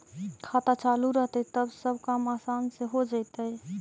खाता चालु रहतैय तब सब काम आसान से हो जैतैय?